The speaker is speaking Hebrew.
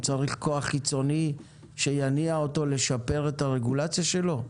הוא צריך כוח חיצוני שיניע אותו לשפר את הרגולציה שלו?